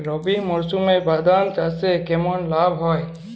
রবি মরশুমে বাদাম চাষে কেমন লাভ হয়?